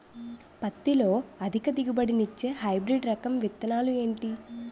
పత్తి లో అధిక దిగుబడి నిచ్చే హైబ్రిడ్ రకం విత్తనాలు ఏంటి